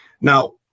Now